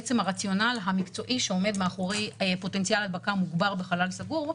בעם הרציונל המקצועי שעומד מאחורי פוטנציאל הדבקה מוגבר בחלל סגור,